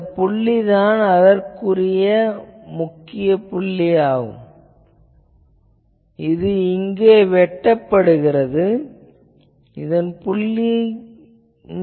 இந்த புள்ளிதான் அதற்குரிய புள்ளியாகும் இது இங்கே வெட்டுகிறது பிறகு இங்கிருந்து இதன் மதிப்பை இட்டால் நமக்குக் கிடைக்கிறது